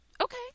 Okay